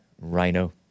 Rhino